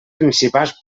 principals